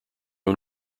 own